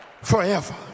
forever